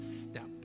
step